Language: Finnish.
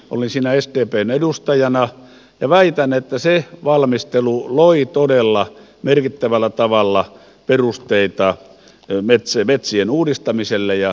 olin siinä sdpn edustajana ja väitän että se valmistelu loi todella merkittävällä tavalla perusteita metsien uudistamiselle ja metsänhoidolle